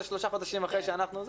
זה שלושה חודשים אחר כך,